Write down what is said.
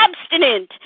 abstinent